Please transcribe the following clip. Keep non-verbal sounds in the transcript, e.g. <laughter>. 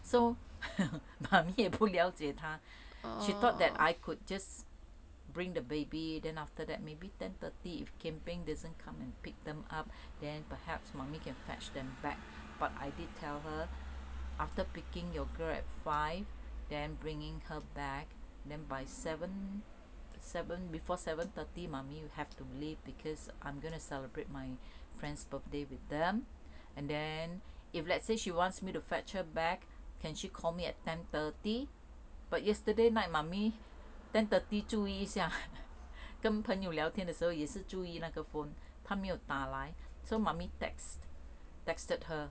so <laughs> mummy 也不了解她 <breath> she thought that I could just bring the baby then after that maybe ten thirty if ken ping doesn't come and pick them up then perhaps mummy can fetch them back but I did tell her after picking your girl at five then bringing her back then by seven seven before seven thirty mummy have to leave because I'm gonna celebrate my friend's birthday with them and then if let's say she wants me to fetch her back can she call me at ten thirty but yesterday night mummy ten thirty 注意一下跟朋友聊天的时候也是注意那个 phone 她没有打来 so mummy text texted her